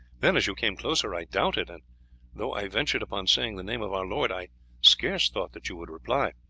then as you came closer i doubted, and though i ventured upon saying the name of our lord, i scarce thought that you would reply.